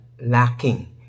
lacking